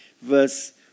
verse